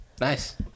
Nice